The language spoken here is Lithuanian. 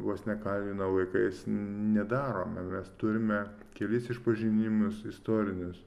vos ne kalvino laikais nedarome mes turime kelis išpažinimus istorinius